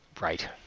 Right